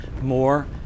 more